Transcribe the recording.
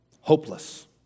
hopeless